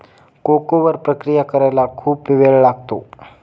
cocoa वर प्रक्रिया करायला खूप वेळ लागतो